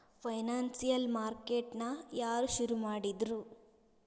Financial market ನ ಯಾರ್ ಶುರುಮಾಡಿದ್ರು?